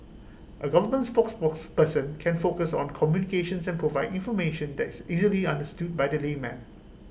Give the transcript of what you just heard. A government spokesperson can focus on communications and provide information that is easily understood by the layman